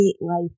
life